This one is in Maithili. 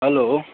हैलो